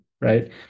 right